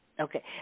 Okay